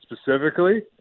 specifically